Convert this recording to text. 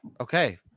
okay